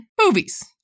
movies